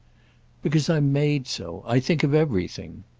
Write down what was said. because i'm made so i think of everything.